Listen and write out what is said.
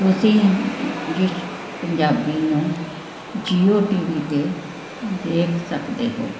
ਤੁਸੀਂ ਜਿਸ ਜਿਸ ਪੰਜਾਬੀ ਨੂੰ ਜੀਓ ਟੀ ਵੀ 'ਤੇ ਦੇਖ ਸਕਦੇ ਹੋ